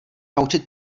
naučit